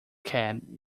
can